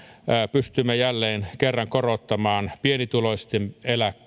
pystymme jälleen kerran korottamaan pienituloisten